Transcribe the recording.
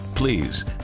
please